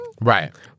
Right